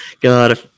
God